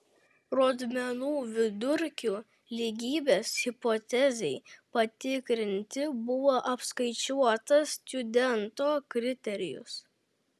rodmenų vidurkių lygybės hipotezei patikrinti buvo apskaičiuotas stjudento kriterijus